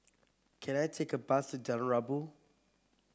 can I take a bus Jalan Rabu